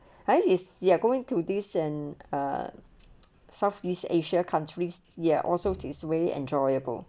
ah this is you are going to this and a southeast asia countries ya also tears way enjoyable